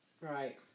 Right